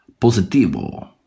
Positivo